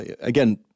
again